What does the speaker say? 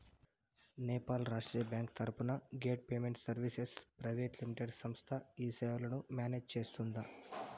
Nepal Rashtriya bank తరపున gate payment services private limited సంస్థ ఈ సేవలను మేనేజ్ సేస్తుందా?